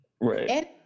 Right